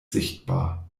sichtbar